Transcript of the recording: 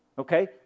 Okay